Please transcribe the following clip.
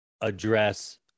address